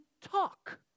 talk